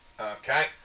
Okay